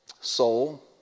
soul